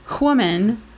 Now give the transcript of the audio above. woman